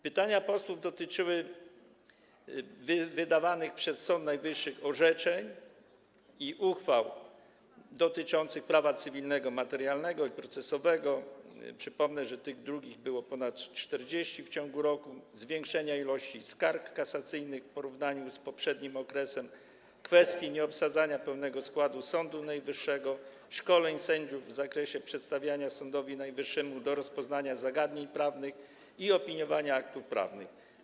Pytania posłów dotyczyły wydawanych przez Sąd Najwyższy orzeczeń i uchwał z zakresu prawa cywilnego materialnego i procesowego - przypomnę, że tych drugich było ponad 40 w ciągu roku - zwiększenia ilości skarg kasacyjnych w porównaniu z poprzednim okresem, kwestii nieobsadzania pełnego składu Sądu Najwyższego, szkoleń sędziów w zakresie przedstawiania Sądowi Najwyższemu do rozpoznania zagadnień prawnych i opiniowania aktów prawnych.